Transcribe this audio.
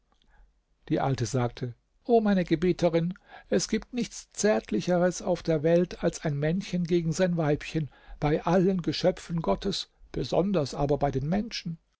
die alte sagte o meine gebieterin es gibt nichts zärtlicheres auf der welt als ein männchen gegen sein weibchen bei allen geschöpfen gottes besonders aber bei den menschen